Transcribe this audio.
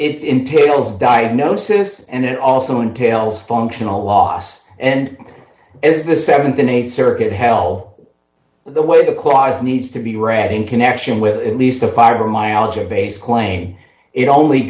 it entails diagnosis and it also entails functional loss and as the th an th circuit held the way the clause needs to be read in connection with at least the fire mileage or base claim it only